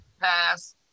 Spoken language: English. pass